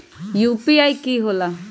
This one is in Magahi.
यू.पी.आई कि होला?